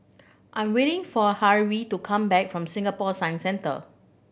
I'm waiting for Harvey to come back from Singapore Science Centre